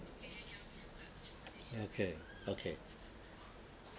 okay okay